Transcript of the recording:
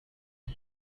col